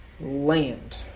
land